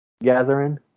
gathering